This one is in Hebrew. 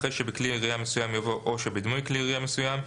אחרי "שבכלי ירייה מסויים" יבוא "או שבדמוי כלי ירייה מסוים",